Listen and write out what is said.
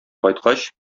кайткач